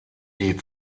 die